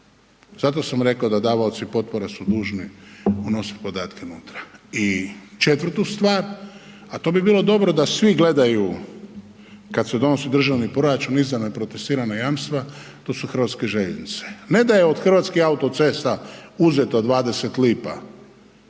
Zato sam rekao da davaoci potpora su dužni unositi podatke unutra i 4. stvar, a to bi bilo dobro da gledaju kad se donosi državni proračun i izravno protestirana jamstva, to su Hrvatske željeznice. Ne da je od Hrvatskih autocesta uzeto 20 lipa